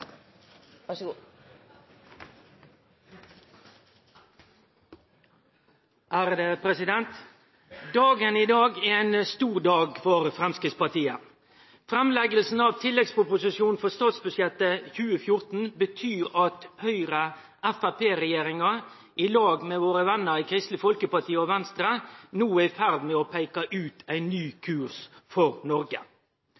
Dagen i dag er ein stor dag for Framstegspartiet. Framlegginga av tilleggsproposisjonen for statsbudsjettet 2014 betyr at Høgre–Framstegsparti-regjeringa, i lag med våre vennar i Kristeleg Folkeparti og Venstre, no er i ferd med å peike ut ein ny